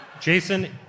Jason